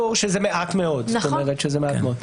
בסדר גמור.